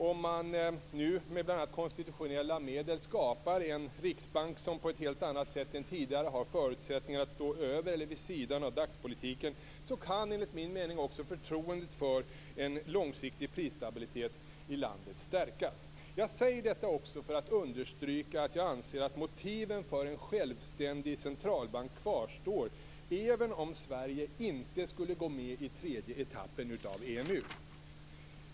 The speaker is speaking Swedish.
Om man nu med bl.a. konstitutionella medel skapar en riksbank som på ett helt annat sätt än tidigare har förutsättningar att stå över eller vid sidan av dagspolitiken, kan också förtroendet för en långsiktig prisstabilitet i landet stärkas. Jag säger detta för att understryka att jag anser att motiven för en självständig centralbank kvarstår, även om Sverige inte skulle gå med i tredje etappen av EMU-samarbetet.